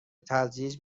تدریج